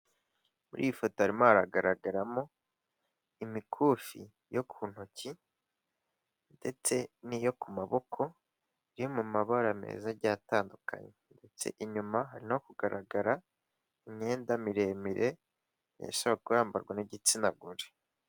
Muri iyi foto harimo haragaragaramo imikufi yo ku ntoki ndetse n'iyo ku maboko iri mu mabara meza agiye atandukanye, ndetse inyuma hari no kugaragara imyenda miremire ishobora kuba yambarwa n'igitsina gore.